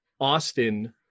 Austin